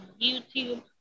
youtube